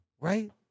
right